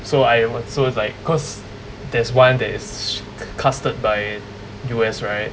so I so is like because there's one that is casted by U_S right